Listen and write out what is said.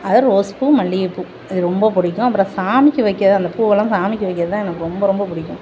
அது ரோஸ்ப்பூ மல்லிகைப்பூ இது ரொம்ப பிடிக்கும் அப்புறம் சாமிக்கு வைக்கிறது அந்த பூவெல்லாம் சாமிக்கு வைக்கிறது தான் எனக்கு ரொம்ப ரொம்ப பிடிக்கும்